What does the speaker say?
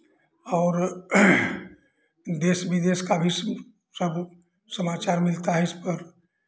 और देश विदेश का भी सब सब समाचार मिलता है उस पर